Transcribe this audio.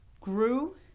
grew